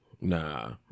Nah